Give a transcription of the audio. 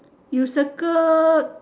you circle